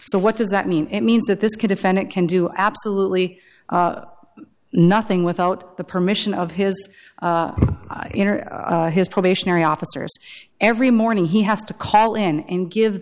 so what does that mean it means that this could offend it can do absolutely nothing without the permission of his in or his probationary officers every morning he has to call in and give